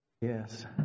yes